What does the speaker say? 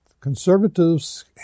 conservatives